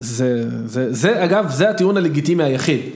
זה אגב זה הטיעון הלגיטימי היחיד